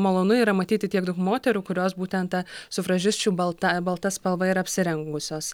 malonu yra matyti tiek daug moterų kurios būtent tą sufražisčių balta balta spalva ir apsirengusios